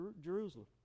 Jerusalem